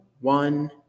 one